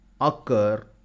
occur